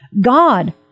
God